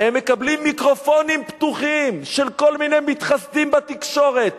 הם מקבלים מיקרופונים פתוחים של כל מיני מתחסדים בתקשורת.